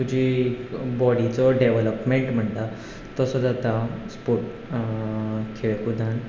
जी बोडिचो डॅवल्पमेंट म्हणटा तसो जाता स्पोर्ट खेळ खूदान